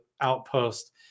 outpost